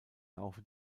laufe